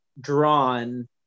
drawn